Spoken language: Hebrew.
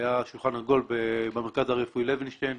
היה שולחן עגול במרכז הרפואי לוינשטיין.